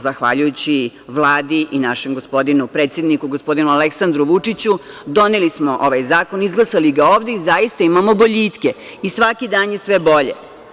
Zahvaljujući Vladi i našem gospodinu predsedniku, gospodinu Aleksandru Vučiću doneli smo ovaj zakon, izglasali ga ovde i zaista imamo boljitke i svaki dan je sve bolje.